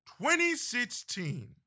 2016